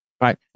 right